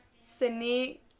Sydney